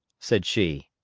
said she.